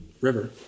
river